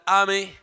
army